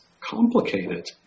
complicated